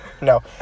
No